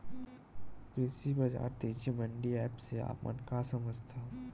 कृषि बजार तेजी मंडी एप्प से आप मन का समझथव?